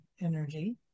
energy